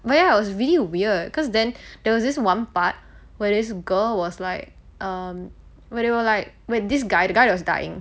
but ya it was really weird cause then there was this one part where this girl was like um where they were like where this guy the guy that was dying